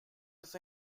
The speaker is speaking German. ist